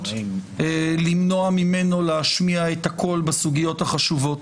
למנוע ממנו להשמיע את קולו בסוגיות החשובות.